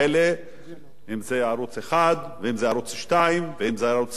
אם ערוץ-1 ואם ערוץ-2, ואם ערוץ-10,